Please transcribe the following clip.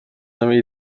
nový